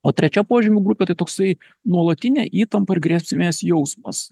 o trečia požymių grupė tai toksai nuolatinė įtampa ir grėsmės jausmas